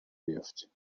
بیفتیم